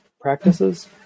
practices